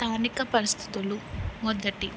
స్థానిక పరిస్థితులు మొదటి